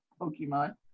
Pokemon